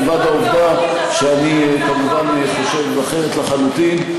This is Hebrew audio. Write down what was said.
מלבד העובדה שאני כמובן חושב אחרת לחלוטין,